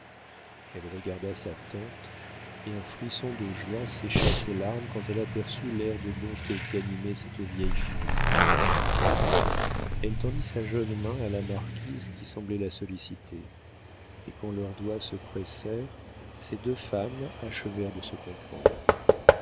elle regarda sa tante et un frisson de joie sécha ses larmes quand elle aperçut l'air de bonté qui animait cette vieille figure elle tendit sa jeune main à la marquise qui semblait la solliciter et quand leurs doigts se pressèrent ces deux femmes achevèrent de se comprendre